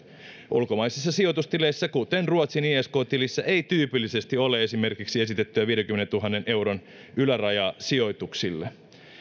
ulkomaisissa sijoitustileissä kuten ruotsin isk tilissä ei tyypillisesti ole esimerkiksi esitettyä viidenkymmenentuhannen euron ylärajaa sijoituksille